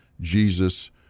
Jesus